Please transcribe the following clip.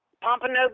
Pompano